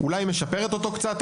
אולי היא משפרת אותו קצת,